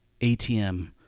ATM